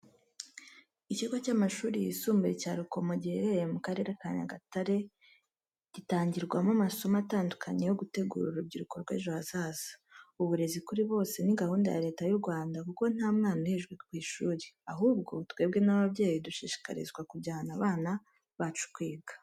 Ikigo cy'amashuri yisumbuye cya Rukomo giherereye mu Karere ka Nyagatare, gitangirwamo amasomo atandukanye yo gutegura urubyiruko rw'ejo hazaza. Uburezi kuri bose ni gahunda ya Leta y'u Rwanda kuko nta mwana uhejwe ku ishuri, ahubwo twebwe nk'ababyeyi dushishikarizwa kujyana abana bacu kwiga.